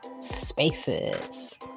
spaces